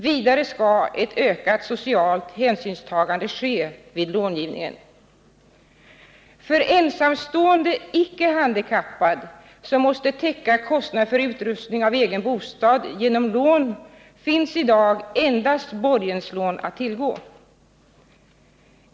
Vidare skall ett ökat socialt hänsynstagande ske vid långivningen. För ensamstående icke handikappad, som måste täcka kostnaderna för utrustning av egen bostad genom lån, finns i dag endast borgenslån att tillgå.